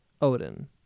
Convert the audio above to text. Odin